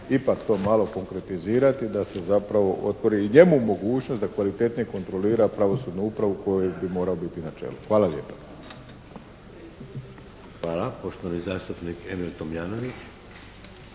ipak to malo konkretizirati da se zapravo otvori i njemu mogućnost da kvalitetnije kontrolira pravosudnu upravu kojoj bi morao biti na čelu. Hvala lijepa. **Šeks, Vladimir (HDZ)** Hvala. Poštovani zastupnik Emil Tomljanović.